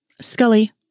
Scully